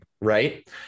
right